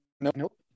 Nope